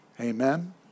Amen